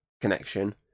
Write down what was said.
connection